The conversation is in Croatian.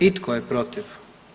I tko je protiv?